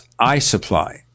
iSupply